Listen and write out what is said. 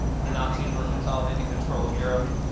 the nazis were consolidating control of europe,